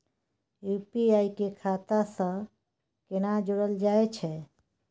UPI के खाता सं केना जोरल जाए छै?